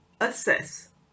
assess